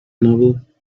novel